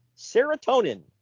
Serotonin